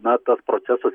na tas procesas